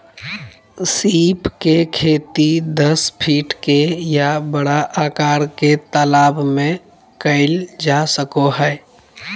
सीप के खेती दस फीट के या बड़ा आकार के तालाब में कइल जा सको हइ